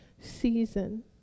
season